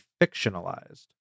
fictionalized